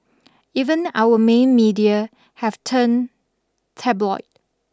even our main media have turned tabloid